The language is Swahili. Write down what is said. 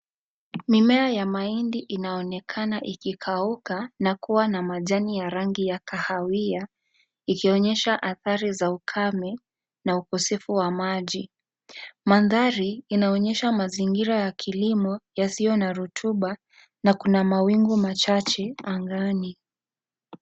Mimea ya mahindi inaonekana ikikauka na kuwa majani ya rangi ya kahawia, ikionyesha athari za ukame na ukosefu wa maji. Mandhari inaonyesha mazingira ya kilimo yasiyo na rutuba na kuna mawingu machache angani.